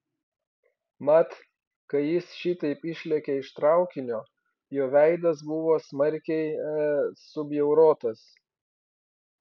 mat kai jis šitaip išlėkė iš traukinio jo veidas buvo smarkiai e subjaurotas